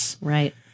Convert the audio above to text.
right